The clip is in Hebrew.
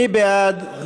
מי בעד?